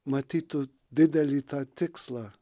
matytų didelį tą tikslą